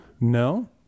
No